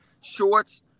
shorts